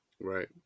Right